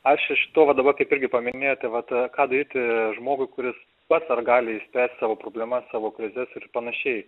aš iš to va dabar kaip irgi paminėjote vat ką daryti žmogui kuris pats ar gali savo problemas savo krizes ir panašiai